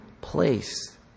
place